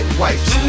wipes